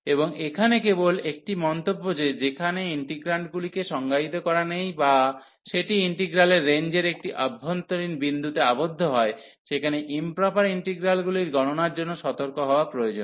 এবং এখানে কেবল একটি মন্তব্য যে যেখানে ইন্টিগ্রান্ডগুলিকে সংজ্ঞায়িত করা নেই বা সেটি ইন্টিগ্রালের রেঞ্জের একটি অভ্যন্তরীণ বিন্দুতে আবদ্ধ হয় সেখানে ইম্প্রপার ইন্টিগ্রালগুলির গননার জন্য সতর্ক হওয়া প্রয়োজন